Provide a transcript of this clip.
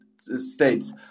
states